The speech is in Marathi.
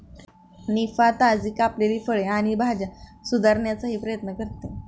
निफा, ताजी कापलेली फळे आणि भाज्या सुधारण्याचाही प्रयत्न करते